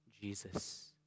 Jesus